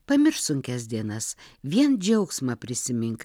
pamiršk sunkias dienas vien džiaugsmą prisimink